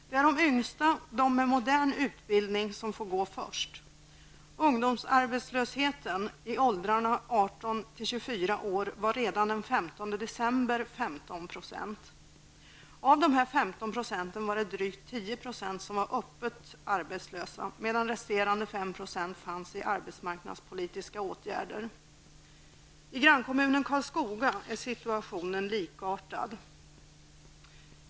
Det är de yngsta, de med modern utbildning, som får gå först. grannkommunen Karlskoga är situationen likartad.